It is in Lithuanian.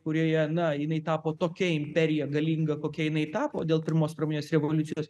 kurioje na jinai tapo tokia imperija galinga kokia jinai tapo dėl pirmos pramoninės revoliucijos